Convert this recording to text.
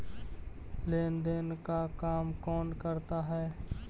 लेन देन का काम कौन करता है?